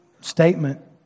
statement